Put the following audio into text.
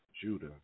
Judah